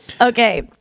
Okay